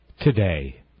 today